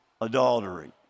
Adultery